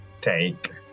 take